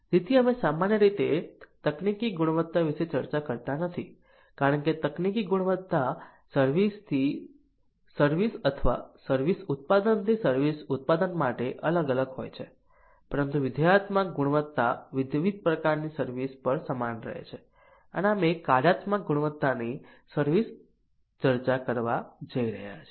તેથી અમે સામાન્ય રીતે તકનીકી ગુણવત્તા વિશે ચર્ચા કરતા નથી કારણ કે તકનીકી ગુણવત્તા સર્વિસ થી સર્વિસ અથવા સર્વિસ ઉત્પાદનથી સર્વિસ ઉત્પાદન માટે અલગ અલગ હોય છે પરંતુ વિધેયાત્મક ગુણવત્તા વિવિધ પ્રકારની સર્વિસ પર સમાન રહે છે અને અમે કાર્યાત્મક ગુણવત્તાની સર્વિસ ચર્ચા કરવા જઈ રહ્યા છીએ